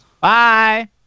Bye